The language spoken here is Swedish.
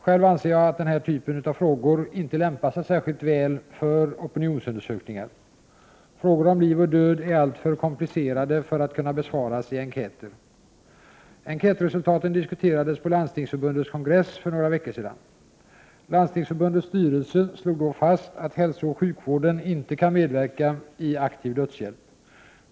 Själv anser jag att den här typen av frågor inte lämpar sig särskilt väl för opinionsundersökningar. Frågor om liv och död är alltför komplicerade för att kunna besvaras i enkäter. Enkätresultaten diskuterades på Landstingsförbundets kongress för några veckor sedan. Landstingsförbundets styrelse slog då fast att hälsooch sjukvården inte kan medverka i aktiv dödshjälp.